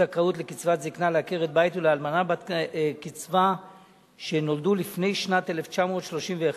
זכאות לקצבת זיקנה לעקרת-בית ולאלמנה בת-קצבה שנולדו לפני שנת 1931),